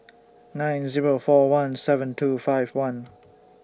nine Zero four one seven two five one